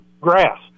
grass